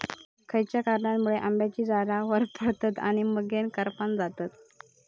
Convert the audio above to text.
खयच्या कारणांमुळे आम्याची झाडा होरपळतत आणि मगेन करपान जातत?